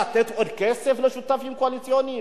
לתת עוד כסף לשותפים הקואליציוניים,